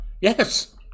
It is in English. Yes